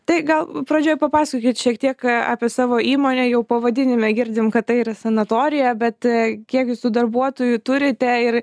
tai gal pradžioj papasakokit šiek tiek apie savo įmonę jau pavadinime girdim kad tai yra sanatorija bet kiek jūsų darbuotojų turite ir